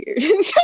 weird